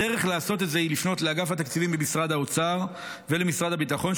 הדרך לעשות את זה היא לפנות לאגף התקציבים במשרד האוצר ולמשרד הביטחון,